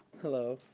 hello.